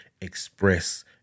express